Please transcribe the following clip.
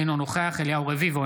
אינו נוכח אליהו רביבו,